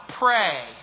Pray